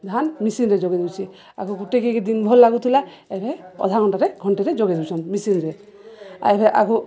ଧାନ ମିସିନରେ ଯୋଗେଇ ଦଉଛି ଆଗକୁ ଗୁଟେକି ଦିନ ଭର୍ ଲାଗୁଥିଲା ଏବେ ଅଧା ଘଣ୍ଟାରେ ଘଣ୍ଟେରେ ଯୋଗେଇ ଦେଉଛନ୍ ମିସିନରେ ଆଉ ଏବେ ଆଗକୁ